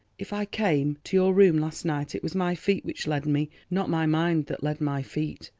if i came to your room last night, it was my feet which led me, not my mind that led my feet.